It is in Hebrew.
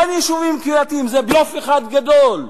אין יישובים קהילתיים, זה בלוף אחד גדול.